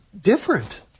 different